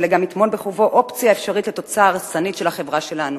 אלא גם יטמון בחובו אופציה לתוצאה הרסנית בחברה שלנו.